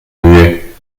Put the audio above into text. muet